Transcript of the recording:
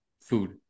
food